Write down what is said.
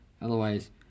Otherwise